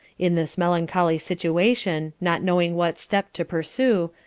in this melancholy situation, not knowing what step to pursue,